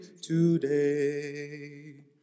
today